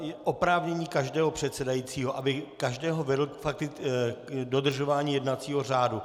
Je oprávnění každého předsedajícího, aby každého vedl k dodržování jednacího řádu.